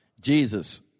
Jesus